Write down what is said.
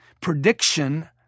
Prediction